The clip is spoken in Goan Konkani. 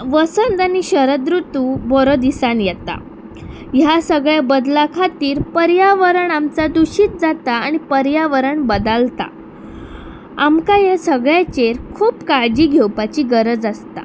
वसंत आनी शरद रुतू बरो दिसान येता ह्या सगळ्या बदला खातीर पर्यावरण आमचा दुशीत जाता आनी पर्यावरण बदलता आमकां हे सगळ्यांचेर खूब काळजी घेवपाची गरज आसता